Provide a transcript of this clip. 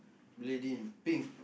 lady in pink